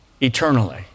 eternally